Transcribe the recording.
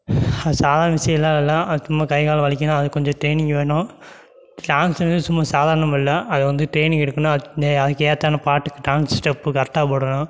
அது சாதாரண விஷயல்லாம் இல்லை அது திரும்ப கை காலெல்லாம் வலிக்கும் அதுக்கு கொஞ்சம் ட்ரைனிங் வேணும் டான்ஸுங்றது சும்மா சாதாரணம் இல்லை அது வந்து ட்ரைனிங் எடுக்கணும் வந்து அதுக்கு ஏற்ற அந்த பாட்டுக்கு டான்ஸ் ஸ்டெப்பு கரெட்டாக போடணும்